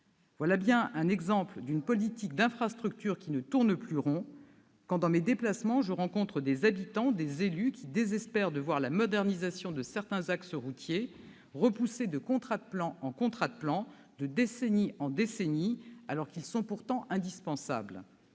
Voilà un exemple d'une politique d'infrastructures qui ne tourne plus rond : c'est ce que je me dis quand, dans mes déplacements, je suis confrontée à des habitants, à des élus, qui désespèrent de voir la modernisation de certains axes routiers repoussée de contrat de plan en contrat de plan, de décennie en décennie, alors que ces chantiers sont pourtant indispensables